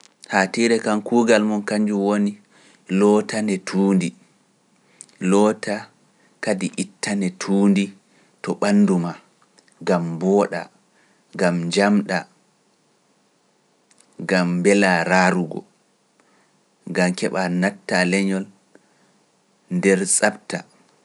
Haatiirea kam kuugal mon kanjum woni lootane tuundi, loota kadi ittane tuundi to ɓanndu maa, gam mbooɗa, gam njamɗa, gam mbelaa raarugo, gam keɓa nattaa leñol nder saɓta.